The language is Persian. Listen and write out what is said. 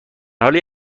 حالی